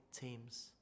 teams